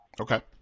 Okay